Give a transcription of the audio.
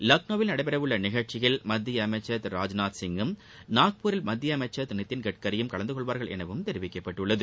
லக்னோவில் நடைபெற உள்ள நிகழ்ச்சியில் மத்திய அமைச்சர் திரு ராஜ்நாத்சிங்கும் நாக்பூரில் மத்திய அமைச்சர் திரு நிதின் கட்கரியும் கலந்து கொள்வார்கள் எனவும் தெரிவிக்கப்பட்டுள்ளது